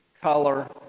color